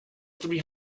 three